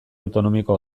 autonomiko